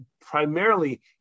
primarily